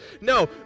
No